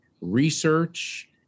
research